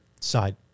side